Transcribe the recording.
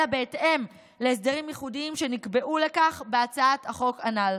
אלא בהתאם להסדרים ייחודיים שנקבעו לכך בהצעת החוק הנ"ל.